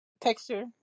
texture